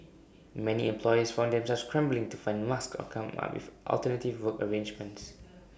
many employers found themselves scrambling to find masks or come up with alternative work arrangements